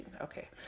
Okay